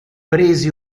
presi